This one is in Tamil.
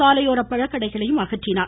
சாலையோர பழக்கடைகளையும் அகற்றினார்